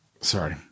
Sorry